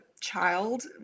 child